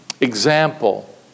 example